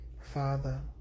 Father